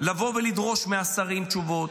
לבוא ולדרוש מהשרים תשובות,